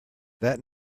that